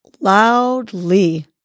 loudly